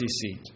seat